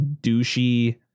douchey